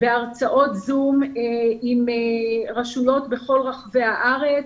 אנחנו בהרצאות זום עם רשויות בכל רחבי הארץ.